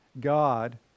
God